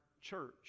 church